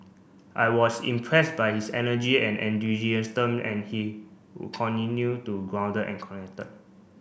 I was impressed by his energy and enthusiasm and he continue to grounded and connected